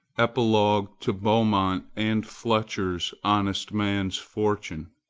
epilogue to beaumont and fletcher's honest man's fortune.